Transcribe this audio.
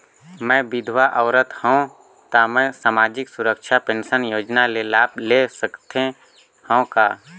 मैं विधवा औरत हवं त मै समाजिक सुरक्षा पेंशन योजना ले लाभ ले सकथे हव का?